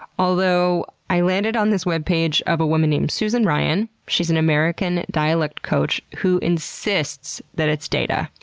although i landed on this webpage of a woman named susan ryan. she's an american dialect coach who insists that it's day-tah.